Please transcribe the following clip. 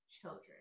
children